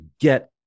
get